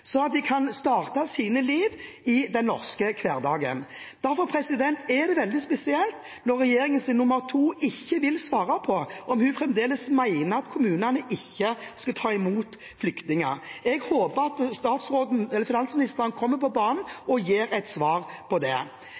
at de kan starte sitt liv i den norske hverdagen. Derfor er det veldig spesielt når regjeringens nr. 2 ikke vil svare på om hun fremdeles mener at kommunene ikke skal ta imot flyktninger. Jeg håper at finansministeren kommer på banen og gir et svar på det.